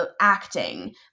acting